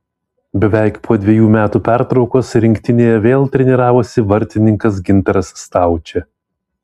beveik po dvejų metų pertraukos rinktinėje vėl treniravosi vartininkas gintaras staučė